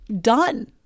done